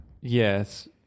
Yes